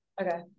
Okay